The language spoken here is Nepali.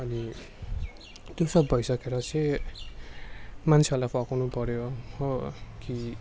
अनि त्यो सब भइसकेर चाहिँ मानेछहरूलाई फकाउनु पर्यो हो कि